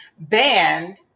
banned